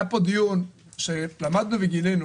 היה פה דיון שלמדנו וגילינו